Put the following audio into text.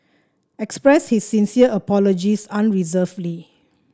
expressed his sincere apologies unreservedly